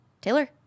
Taylor